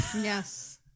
Yes